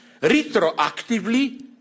retroactively